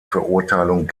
verurteilung